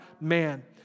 man